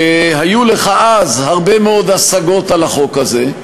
שהיו לך אז הרבה מאוד השגות על החוק הזה,